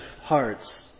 hearts